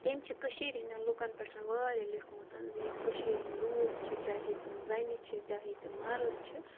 تٔمۍ چھِ کٔشیٖر ہِنٛدٮ۪ن لُکَن پٮ۪ٹھ واریاہ لیٚکھمُت زِ یِم کٔشیٖرِ ہِنٛدۍ لوٗکھ چھِ چاہے تِم زَنہِ چھِ چاہے تِم مَرٕد چھِ